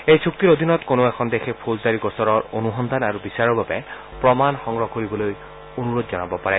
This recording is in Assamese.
এই চুক্তিৰ অধীনত কোনো এখন দেশে ফৌজদাৰী গোচৰৰ অনুসন্ধান আৰু বিচাৰৰ বাবে প্ৰমাণ সংগ্ৰহৰ কৰিবলৈ অনুৰোধ জনাব পাৰিব